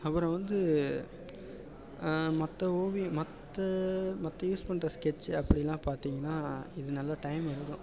அப்புறம் வந்து அ மற்ற ஓவியம் மற்ற மற்ற யூஸ் பண்ணுற ஸ்கெட்ச்சு அப்படின்னா பார்த்தீங்கன்னா இது நல்ல டைம் இழுக்கும்